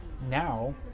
Now